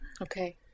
Okay